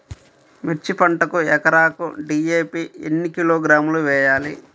మిర్చి పంటకు ఎకరాకు డీ.ఏ.పీ ఎన్ని కిలోగ్రాములు వేయాలి?